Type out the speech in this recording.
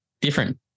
different